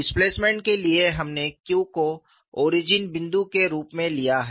displacement के लिए हमने Q को ओरिजिन बिंदु के रूप में लिया है